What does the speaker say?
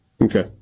Okay